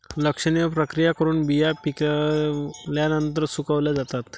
लक्षणीय प्रक्रिया करून बिया पिकल्यानंतर सुकवल्या जातात